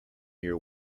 your